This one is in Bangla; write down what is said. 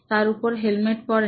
তার উপর হেলমেট পরেন